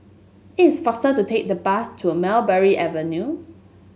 it is faster to take the bus to Mulberry Avenue